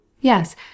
yes